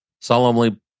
solemnly